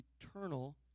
eternal